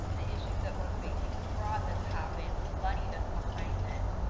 the issues that we're facing, the fraud that's happened, the money that's behind this.